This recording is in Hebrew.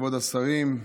כבוד השרים,